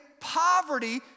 poverty